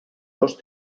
dos